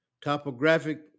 Topographic